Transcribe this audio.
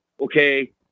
okay